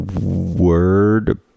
word